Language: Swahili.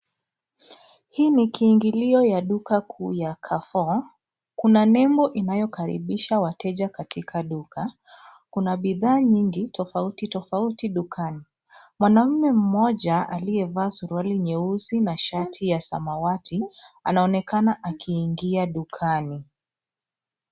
Hii ni kiingilio ya duka kuu ya Carrefour. Kuna nembo inayokaribisha wateja katika duka. Kuna bidhaa nyingi tofautitofauti dukani. Mwanaume mmoja aliyevaa suruali nyeusi na shati ya samawati anaonekana akiingia dukani.